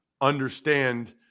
understand